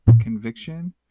conviction